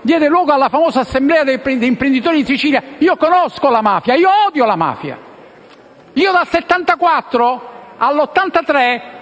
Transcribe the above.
diede luogo alla famosa assemblea degli imprenditori in Sicilia. Conosco la mafia e odio la mafia! Dal 1974 al 1983